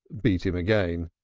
beat him again.